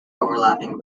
overlapping